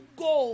go